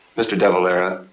mr. de valera,